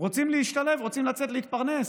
רוצים להשתלב, רוצים לצאת להתפרנס.